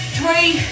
three